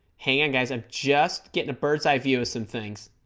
hang on guys i'm just getting a bird's-eye view of some things